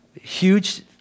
huge